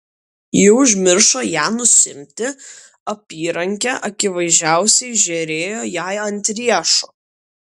ji užmiršo ją nusiimti apyrankė akivaizdžiausiai žėrėjo jai ant riešo